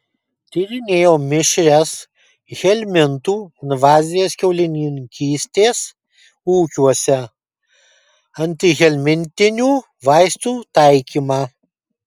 tyrinėjo mišrias helmintų invazijas kiaulininkystės ūkiuose antihelmintinių vaistų taikymą